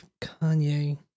Kanye